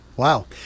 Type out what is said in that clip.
Wow